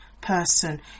person